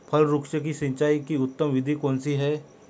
फल वृक्ष की सिंचाई की उत्तम विधि कौन सी है?